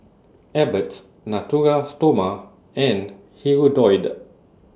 Abbott Natura Stoma and Hirudoid